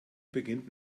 beginnt